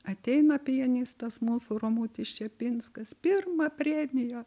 ateina pianistas mūsų romutis čepinskas pirma premija